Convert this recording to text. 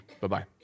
Bye-bye